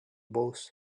both